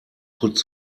put